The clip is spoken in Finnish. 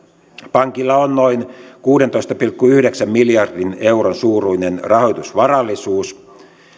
pankilla on noin kuudentoista pilkku yhdeksän miljardin euron suuruinen rahoitusvarallisuus